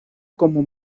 como